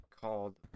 called